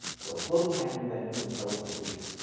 so floats can't do that even with double precision.